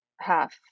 half